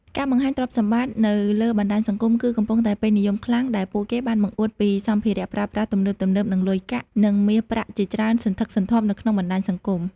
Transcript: ការបង្ហាញទ្រព្យសម្បត្តិនៅលើបណ្តាញសង្គមគឺកំពុងតែពេញនិយមខ្លាំងដែលពួកគេបានបង្អួតពីសម្ភារៈប្រើប្រាស់ទំនើបៗនិងលុយកាក់និងមាសប្រាក់ជាច្រើនសន្ធឹកសន្ធាប់នៅក្នុងបណ្តាញសង្គម។